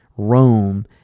Rome